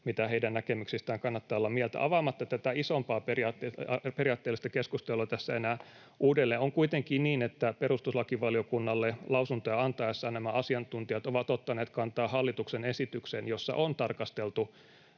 mitä heidän näkemyksistään kannattaa olla mieltä. Avaamatta tätä isompaa periaatteellista keskustelua tässä enää uudelleen on kuitenkin niin, että perustuslakivaliokunnalle lausuntoja antaessaan nämä asiantuntijat ovat ottaneet kantaa hallituksen esitykseen, jossa on tarkasteltu